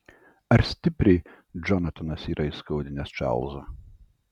ar stipriai džonatanas yra įskaudinęs čarlzą